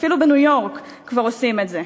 אפילו בניו-יורק כבר עושים את זה.